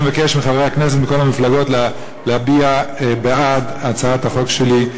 אני מבקש מחברי הכנסת מכל המפלגות להצביע בעד הצעת החוק שלי,